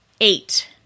eight